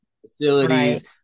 facilities